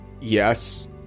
yes